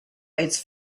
its